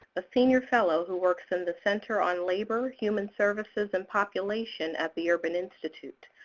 a senior fellow who works in the center on labor, human services, and population at the urban institute.